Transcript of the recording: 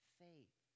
faith